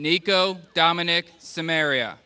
nico dominic sim area